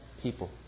people